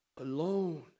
alone